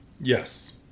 Yes